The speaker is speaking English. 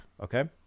Okay